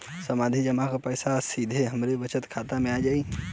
सावधि जमा क पैसा सीधे हमरे बचत खाता मे आ जाई?